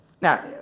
Now